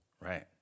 Right